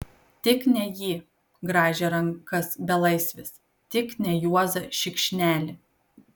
tik ne jį grąžė rankas belaisvis tik ne juozą šikšnelį